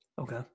Okay